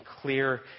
clear